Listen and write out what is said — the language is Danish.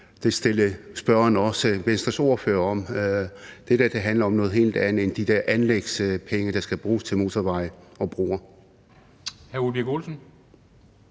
stillede spørgeren også Venstres ordfører spørgsmål om den. Det her handler om noget helt andet end de der anlægspenge, der skal bruges til motorveje og broer.